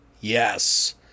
Yes